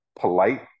polite